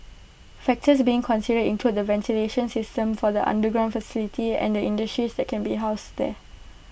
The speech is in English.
factors being considered include the ventilation system for the underground facility and the industries that can be housed there